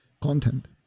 content